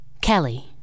Kelly